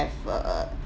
have err